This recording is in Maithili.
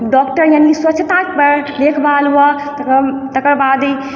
डॉक्टर यानि स्वच्छता देखभाल हुअ तकर तकर बाद ई